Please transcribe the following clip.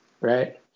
right